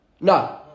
No